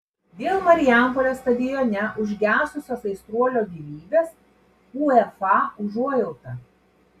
dėl marijampolės stadione užgesusios aistruolio gyvybės uefa užuojauta